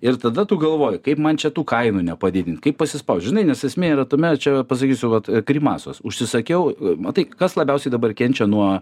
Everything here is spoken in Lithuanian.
ir tada tu galvoji kaip man čia tų kainų nepadidint kaip pasispaust žinai nes esmė yra tame čia pasakysiu vat grimasos užsisakiau matai kas labiausiai dabar kenčia nuo